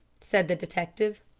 said the detective.